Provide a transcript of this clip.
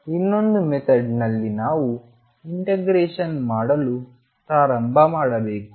ಇನ್ನೊಂದು ಮೆಥಡ್ನಲ್ಲಿ ನಾವು ಇಂಟಿಗ್ರೇಷನ್ ಮಾಡಲು ಪ್ರಾರಂಭ ಮಾಡಬೇಕು